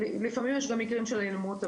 לפעמים יש מקרים של אלימות,